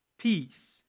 Peace